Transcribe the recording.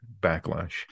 backlash